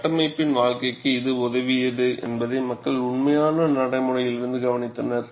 கட்டமைப்பின் வாழ்க்கைக்கு இது உதவியது என்பதை மக்கள் உண்மையான நடைமுறையிலிருந்து கவனித்தனர்